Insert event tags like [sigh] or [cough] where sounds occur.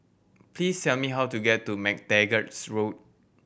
please tell me how to get to MacTaggart [unintelligible] Road